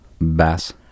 bass